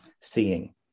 seeing